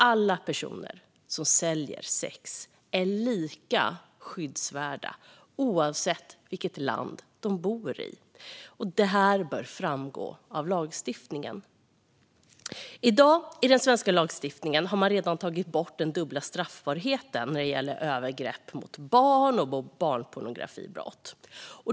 Alla människor som säljer sex är lika skyddsvärda, oavsett vilket land de bor i, vilket bör framgå av lagstiftningen. I dag har man i den svenska lagstiftningen redan tagit bort den dubbla straffbarheten när det gäller övergrepp mot barn och barnpornografibrott.